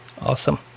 Awesome